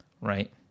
right